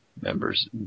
members